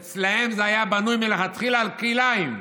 אצלם זה היה בנוי מלכתחילה על כלאיים: